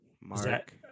Mark